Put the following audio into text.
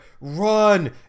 run